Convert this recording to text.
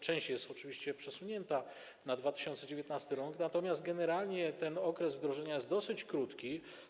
Część jest przesunięta na 2019 r., natomiast generalnie ten okres wdrożenia jest dosyć krótki.